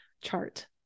chart